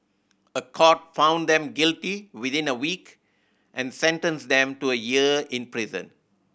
a court found them guilty within a week and sentenced them to a year in prison